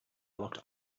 locked